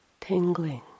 tingling